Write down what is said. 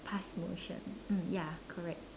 pass motion mm ya correct